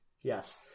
Yes